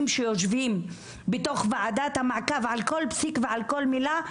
שיושבים בתוך ועדת המעקב על כל ועל כל מילה?